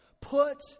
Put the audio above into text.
Put